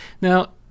now